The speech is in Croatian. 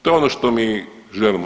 To je ono što mi želimo.